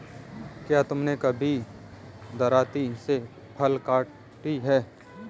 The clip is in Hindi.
क्या तुमने कभी दरांती से फसल काटी है?